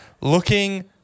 looking